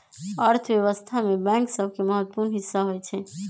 अर्थव्यवस्था में बैंक सभके महत्वपूर्ण हिस्सा होइ छइ